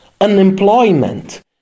unemployment